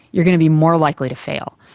you are going to be more likely to fail,